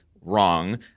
wrong